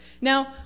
Now